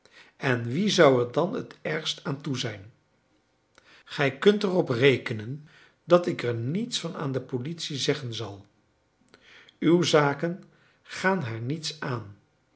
en wie zou er dan het ergst aan toe zijn gij kunt erop rekenen dat ik er niets van aan de politie zeggen zal uw zaken gaan haar niets aan